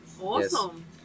Awesome